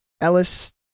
Ellis